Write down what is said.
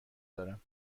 دارم